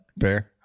Fair